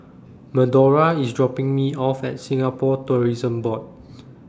Medora IS dropping Me off At Singapore Tourism Board